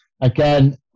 again